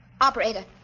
Operator